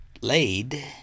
laid